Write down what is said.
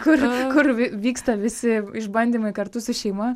kur kur vi vyksta visi išbandymai kartu su šeima